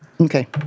okay